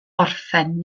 orffen